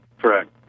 Correct